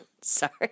Sorry